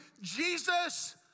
Jesus